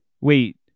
Wait